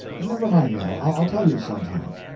never mind, now i'll tell you some time.